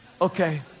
Okay